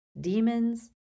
demons